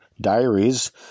diaries